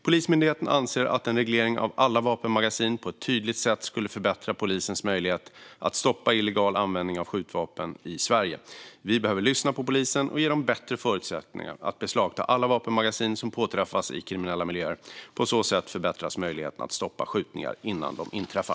Polismyndigheten anser att en reglering av alla vapenmagasin på ett tydligt sätt skulle förbättra polisens möjligheter att stoppa illegal användning av skjutvapen i Sverige. Vi behöver lyssna på polisen och ge den bättre förutsättningar att beslagta alla vapenmagasin som påträffas i kriminella miljöer. På så sätt förbättras möjligheterna att stoppa skjutningar innan de inträffar.